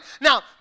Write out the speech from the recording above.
Now